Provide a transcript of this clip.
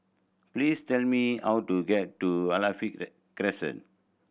please tell me how to get to Alkaff Crescent